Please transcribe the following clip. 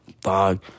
dog